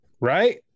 Right